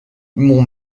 mon